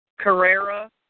Carrera